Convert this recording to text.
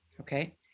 Okay